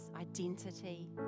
identity